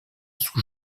sous